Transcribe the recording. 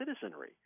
citizenry